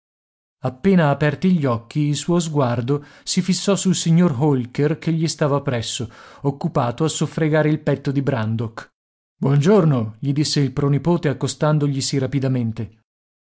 appena aperti gli occhi il suo sguardo si fissò sul signor holker che gli stava presso occupato a soffregar il petto di brandok buongiorno gli disse il pronipote accostandoglisi rapidamente